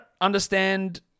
understand